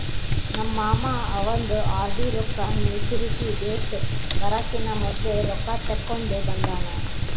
ನಮ್ ಮಾಮಾ ಅವಂದ್ ಆರ್.ಡಿ ರೊಕ್ಕಾ ಮ್ಯಚುರಿಟಿ ಡೇಟ್ ಬರಕಿನಾ ಮೊದ್ಲೆ ರೊಕ್ಕಾ ತೆಕ್ಕೊಂಡ್ ಬಂದಾನ್